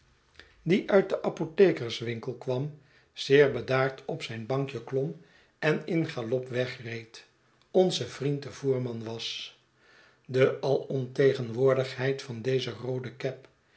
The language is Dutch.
die uit den apothekerswinkel kwam zeer bedaard op zijn bankje klom en in galop wegreed onze vriend de voerman was de alomtegenwoordigheid van deze roode cab